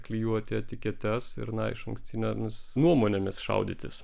klijuoti etiketes ir na išankstinėmis nuomonėmis šaudytis